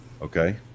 okay